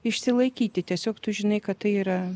išsilaikyti tiesiog tu žinai kad tai yra